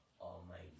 Almighty